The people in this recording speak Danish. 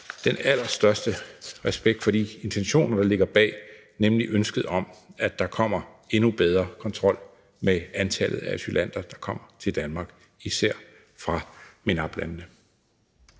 den allerstørste respekt for de intentioner, der ligger bag, nemlig ønsket om, at der kommer en endnu bedre kontrol med antallet af asylanter, der kommer til Danmark, især fra MENAPT-landene.